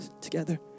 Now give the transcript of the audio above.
together